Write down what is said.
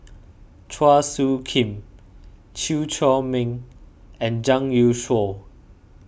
Chua Soo Khim Chew Chor Meng and Zhang Youshuo